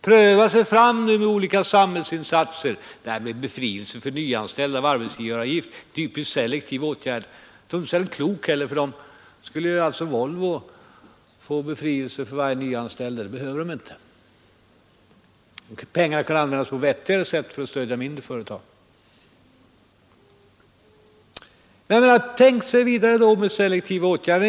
Pröva sig fram nu med olika samhällsinsatser! Det här med befrielse från arbetsgivaravgift för nyanställda är en typisk selektiv åtgärd. Inte särskilt klok heller, för då skulle alltså Volvo få befrielse för varje nyanställd, och det behöver inte Volvo. Mycket pengar kan användas på ett vettigare sätt för att stödja mindre företag. Men tänk vidare på selektiva åtgärder.